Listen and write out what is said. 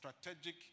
Strategic